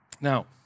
Now